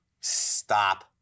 stop